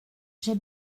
j’ai